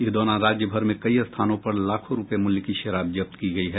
इस दौरान राज्य भर में कई स्थानों पर लाखों रूपये मूल्य की शराब जब्त की गयी है